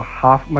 half